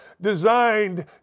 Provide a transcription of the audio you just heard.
designed